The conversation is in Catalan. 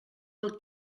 del